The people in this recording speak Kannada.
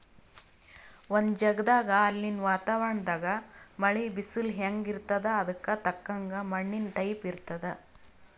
ಒಂದ್ ಜಗದಾಗ್ ಅಲ್ಲಿನ್ ವಾತಾವರಣದಾಗ್ ಮಳಿ, ಬಿಸಲ್ ಹೆಂಗ್ ಇರ್ತದ್ ಅದಕ್ಕ್ ತಕ್ಕಂಗ ಮಣ್ಣಿನ್ ಟೈಪ್ ಇರ್ತದ್